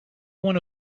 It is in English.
one